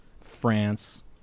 France